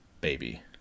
baby